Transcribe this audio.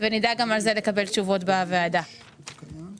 וכדי שנדע לקבל תשובות בוועדה גם על זה.